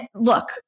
look